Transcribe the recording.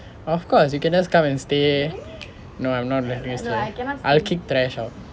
of course you can just come and stay no I'm not letting you stay I will kick thrash out